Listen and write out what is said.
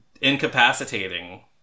incapacitating